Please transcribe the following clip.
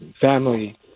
family